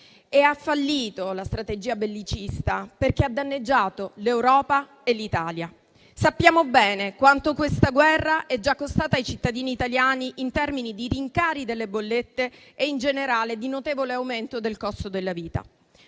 militare e negoziale dell'Ucraina e ha danneggiato l'Europa e l'Italia. Sappiamo bene quanto questa guerra è già costata ai cittadini italiani in termini di rincari delle bollette e in generale di notevole aumento del costo della vita.